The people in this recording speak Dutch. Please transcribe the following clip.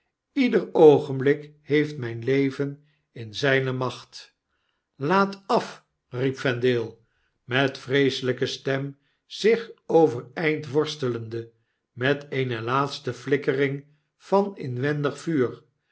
ieder oogenblik heeft mijn leven in zijne macht laat afl riep vendale met vreeselyke stem zich overeind worstelende met eene laatste flikkering van inwendig vuur